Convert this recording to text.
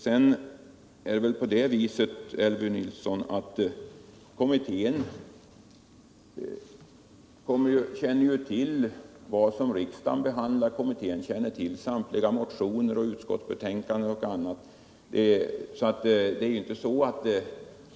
Sedan är det väl så, Elvy Nilsson, att kommittén känner till samtliga tillhörande motioner, utskottsbetänkanden och annat som riksdagen behandlar. Även utan ett formellt överlämnande